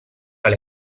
alle